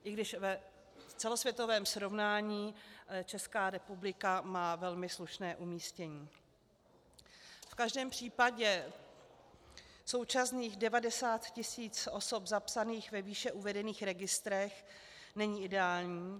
I když v celosvětovém srovnání Česká republika má velmi slušné umístění, v každém případě současných 90 tisíc osob zapsaných ve výše uvedených registrech není ideální.